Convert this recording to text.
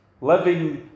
Living